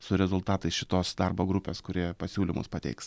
su rezultatais šitos darbo grupės kuri pasiūlymus pateiks